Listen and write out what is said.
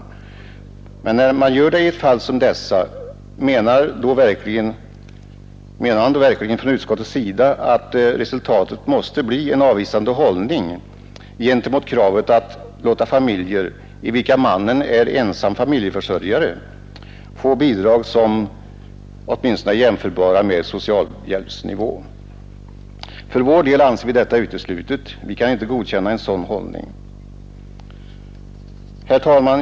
Men när man gör det i fall som dessa, menar utskottet verkligen att resultatet måste bli en avvisande hållning gentemot kravet att låta familjer, i vilka mannen är ensam försörjare, få bidrag som åtminstone når upp till socialhjälpsnivå? För vår del anser vi detta uteslutet. Vi kan inte godkänna en sådan ordning. Herr talman!